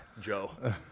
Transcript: Joe